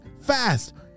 fast